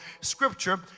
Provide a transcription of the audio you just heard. Scripture